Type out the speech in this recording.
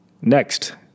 Next